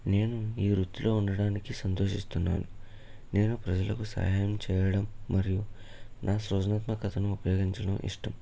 నేను ఈ వృత్తిలో ఉండడానికి సంతోషిస్తున్నాను నేను ప్రజలకు సాయం చేయడం మరియు నా సృజనాత్మకతను ఉపయోగించటం ఇష్టం